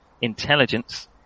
intelligence